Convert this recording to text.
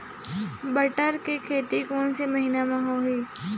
बटर के खेती कोन से महिना म होही?